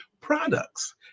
products